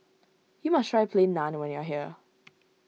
you must try Plain Naan when you are here